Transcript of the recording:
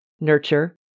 nurture